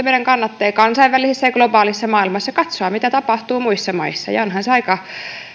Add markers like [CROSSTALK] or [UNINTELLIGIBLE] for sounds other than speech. [UNINTELLIGIBLE] meidän kannattaa kansainvälisessä ja globaalissa maailmassa katsoa mitä tapahtuu muissa maissa ja onhan se aika